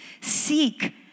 Seek